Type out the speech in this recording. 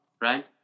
right